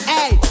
Hey